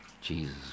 Jesus